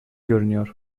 görünüyor